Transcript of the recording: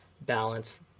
balance